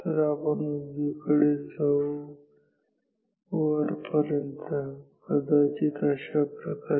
तर आपण उजवीकडे जाऊ आणि वर पर्यंत कदाचित अशाप्रकारे